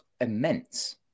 immense